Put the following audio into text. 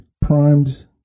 primed